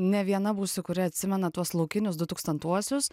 ne viena būsiu kuri atsimena tuos laukinius du tūkstantuosius